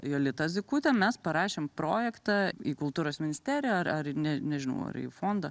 jolita zykutė mes parašėm projektą į kultūros ministeriją ar ar ne nežinau ar į fondą